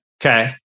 Okay